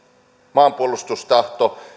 maanpuolustustahto